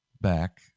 back